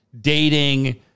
dating